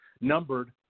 numbered